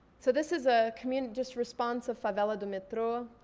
so this is a community, just response, of favela do metro.